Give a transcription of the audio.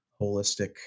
holistic